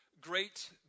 great